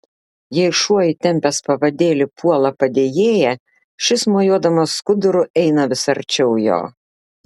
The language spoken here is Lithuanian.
jei šuo įtempęs pavadėlį puola padėjėją šis mojuodamas skuduru eina vis arčiau jo